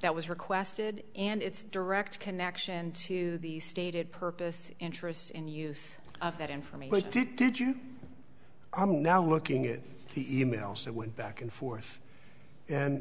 that was requested and its direct connection to the stated purpose interest in use of that information did you i'm now looking at the e mails that went back and forth and